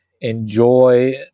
Enjoy